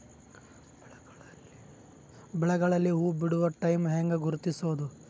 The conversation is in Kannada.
ಬೆಳೆಗಳಲ್ಲಿ ಹೂಬಿಡುವ ಟೈಮ್ ಹೆಂಗ ಗುರುತಿಸೋದ?